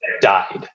died